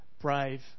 brave